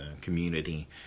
community